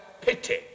pity